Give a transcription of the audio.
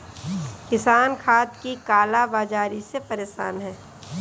किसान खाद की काला बाज़ारी से परेशान है